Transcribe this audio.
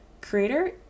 creator